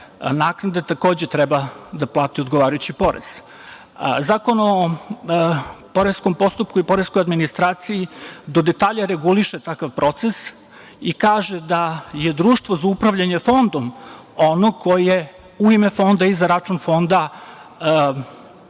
naknade, takođe treba da plati odgovarajući porez. Zakon o poreskom postupku i poreskoj administraciji do detalja reguliše takav proces i kaže da je Društvo za upravljanje fondom ono koje u ime fonda i za račun fonda